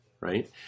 Right